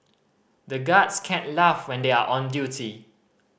the guards can't laugh when they are on duty